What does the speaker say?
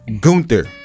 Gunther